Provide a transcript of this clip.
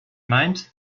meint